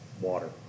water